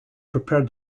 prepared